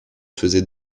faisait